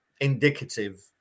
indicative